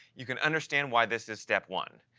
you can understand why this is step one.